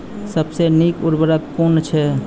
सबसे नीक उर्वरक कून अछि?